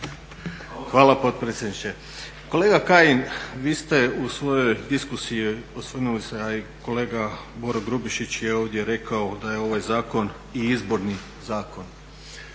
Hvala potpredsjedniče. Kolega Kajin, vi ste u svojoj diskusiji osvrnuli se a i kolega Boro Grubišić je ovdje rekao da je ovaj zakon i izborni zakon.